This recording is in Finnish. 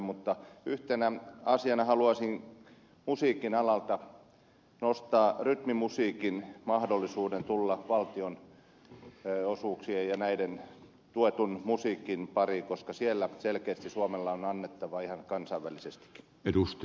mutta yhtenä asiana haluaisin musiikin alalta nostaa rytmimusiikin mahdollisuuden tulla valtionosuuksien ja tuetun musiikin pariin koska siellä selkeästi suomella on annettavaa ihan kansainvälisestikin